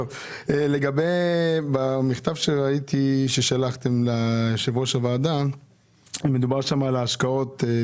במכתב ששלחתם ליושב-ראש הוועדה מדובר על ההשקעות: